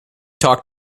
talk